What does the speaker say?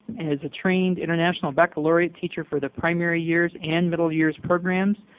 and is a trained international baccalaureate teacher for the primary years and middle years programs.